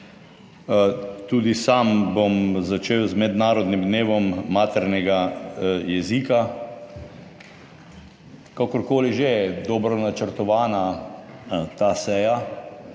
Tudi sam bom začel z mednarodnim dnevom maternega jezika. Kakor koli je že dobro načrtovana ta seja,